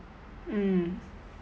mm